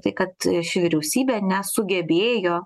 tai kad ši vyriausybė nesugebėjo